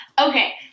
Okay